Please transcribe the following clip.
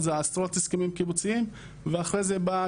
זה עשרות הסכמים קיבוציים ואחרי זה באה